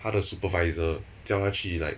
他的 supervisor 叫他去 like